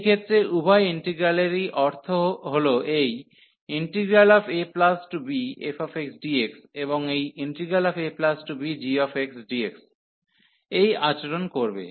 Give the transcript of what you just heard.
সেই ক্ষেত্রে উভয় ইন্টিগ্রালেরই অর্থ হল এই abfxdx এবং এই abgxdx একই আচরণ করবে